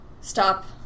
stop